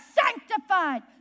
sanctified